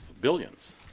billions